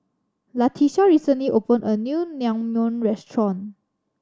Latisha recently opened a new Naengmyeon Restaurant